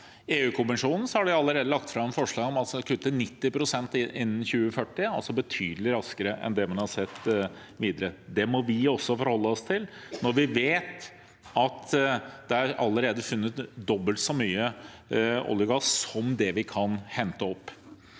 EU-kommisjonen, har de allerede lagt fram forslag om å kutte 90 pst. innen 2040, altså betydelig raskere enn man har sett tidligere. Det må vi også forholde oss til når vi vet at det allerede er funnet dobbelt så mye olje og gass som vi kan hente opp.